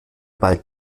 bald